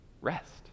Rest